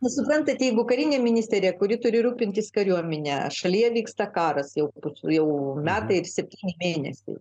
suprantat jeigu karinė ministerija kuri turi rūpintis kariuomene šalyje vyksta karas jau jau metai septyni mėnesiai